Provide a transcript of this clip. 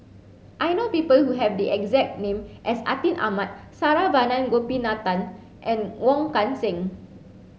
I know people who have the exact name as Atin Amat Saravanan Gopinathan and Wong Kan Seng